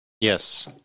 yes